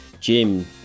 Jim